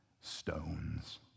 stones